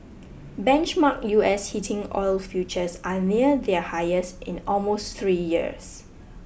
benchmark U S heating oil futures are near their highest in almost three years